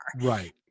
right